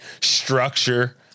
structure